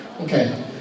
Okay